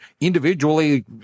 individually